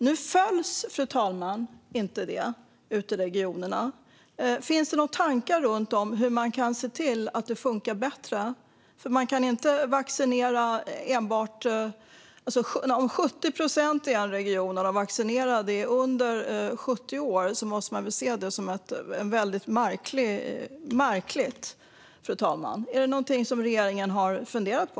Nu följs inte detta ute i regionerna. Finns det några tankar om hur man kan se till att det funkar bättre? Om 70 procent av de vaccinerade i en region är under 70 år måste det ses som väldigt märkligt, fru talman. Är detta någonting som regeringen har funderat på?